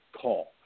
call